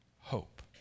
hope